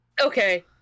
okay